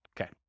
Okay